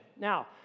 Now